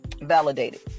validated